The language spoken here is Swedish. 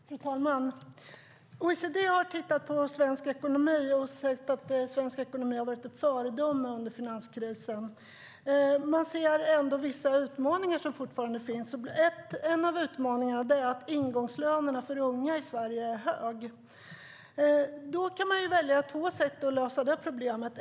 Fru talman! OECD har tittat på svensk ekonomi och sett att den har varit ett föredöme under finanskrisen. Men man ser att det fortfarande finns vissa utmaningar. En av utmaningarna är att ingångslönerna för unga i Sverige är höga. Detta problem kan lösas på två sätt.